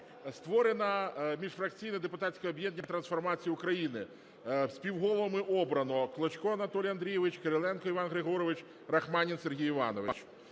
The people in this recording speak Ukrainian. Створено міжфракційне депутатське об'єднання "Трансформація України". Співголовами обрано Клочка Андрія Андрійовичя, Кириленка Івана Григоровича, Рахманіна Сергія Івановича.